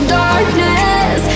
darkness